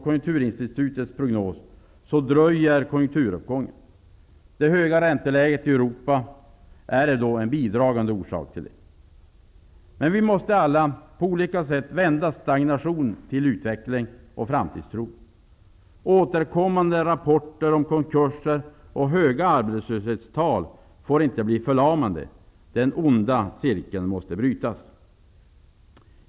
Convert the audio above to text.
Konjunkturinstitutets rapport dröjer konjunkturuppgången. Det höga ränteläget i Europa är en bidragande orsak. Vi måste vända stagnationen och skapa utveckling och framtidstro. Återkommande rapporter om konkurser och höga arbetslöshetstal får inte verka förlamande. Den onda cirkeln måste brytas.